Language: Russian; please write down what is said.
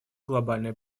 глобальные